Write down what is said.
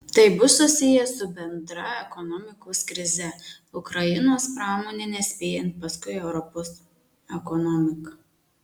tai bus susiję su bendra ekonomikos krize ukrainos pramonei nespėjant paskui europos ekonomiką